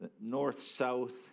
north-south